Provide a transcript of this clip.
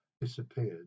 disappeared